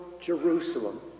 Jerusalem